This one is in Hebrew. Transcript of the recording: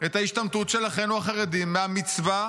את ההשתמטות של אחינו החרדים מהמצווה,